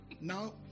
Now